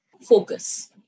focus